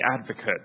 Advocate